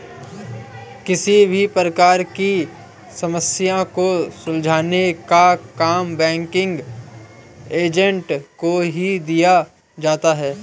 किसी भी प्रकार की समस्या को सुलझाने का काम बैंकिंग एजेंट को ही दिया जाता है